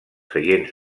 seients